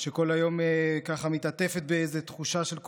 שכל היום מתעטפת בתחושה של קורבנות.